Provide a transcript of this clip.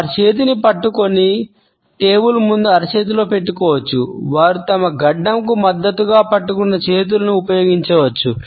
వారు చేతిని పట్టుకొని ఉపయోగించవచ్చు